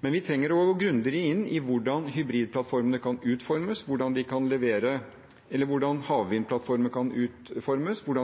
Men vi trenger å gå grundigere inn i hvordan havvindplattformene kan utformes, hvordan